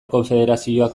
konfederazioak